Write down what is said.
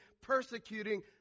persecuting